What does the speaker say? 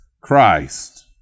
Christ